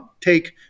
take